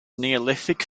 neolithic